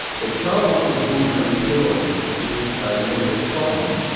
the child was born prematurely with a medical problem.